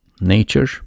nature